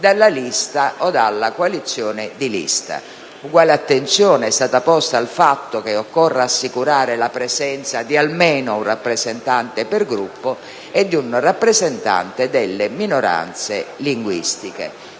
dalla lista o dalla coalizione di liste. Uguale attenzione è stata posta al fatto che occorra assicurare la presenza di almeno un rappresentante per Gruppo e di un rappresentante delle minoranze linguistiche.